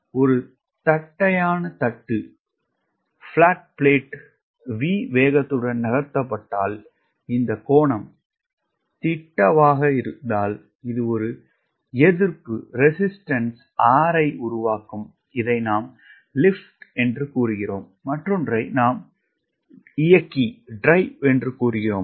ஒரு தட்டையான தட்டு V வேகத்துடன் நகர்த்தப்பட்டால் இந்த கோணம் தீட்டாவாக இருந்தால் இது ஒரு எதிர்ப்பு R ஐ உருவாக்கும் இதை நாம் லிப்ட் என்று கூறுகிறோம் மற்றோன்றை நாம் இயக்கி என்று கூறுகிறோம்